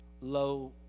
low